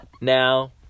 now